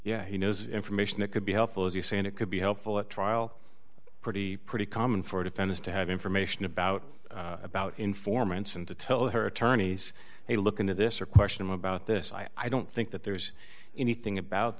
yeah he knows information that could be helpful as you say and it could be helpful at trial pretty pretty common for defenders to have information about about informants and to tell her attorneys hey look into this or question him about this i don't think that there's anything about